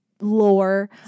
lore